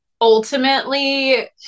ultimately